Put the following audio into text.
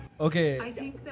Okay